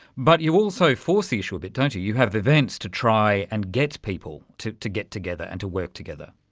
but you also force the issue a bit, don't you, you have events to try and get people to to get together and to work together.